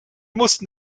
mussten